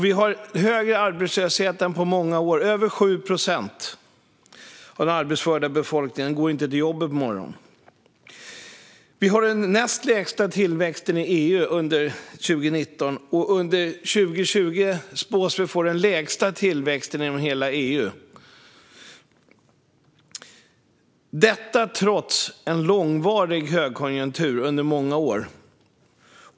Vi har högre arbetslöshet än på många år. Över 7 procent av den arbetsföra befolkningen går inte till jobbet på morgonen. Vi har den näst lägsta tillväxten i EU under 2019, och under 2020 spås vi få den lägsta tillväxten inom hela EU - detta trots en långvarig högkonjunktur under många år.